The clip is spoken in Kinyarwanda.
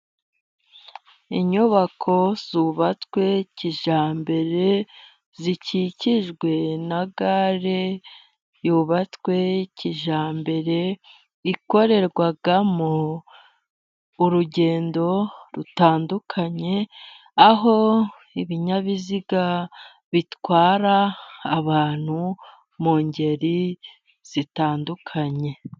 Inyubako zubatswe kijyambere zikikijwe na gare, yubatswe kijyambere, ikorerwamo urugendo rutandukanye, aho ibinyabiziga bitwara abantu mu ngeri zitandukanye.